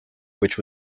which